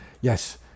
Yes